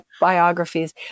biographies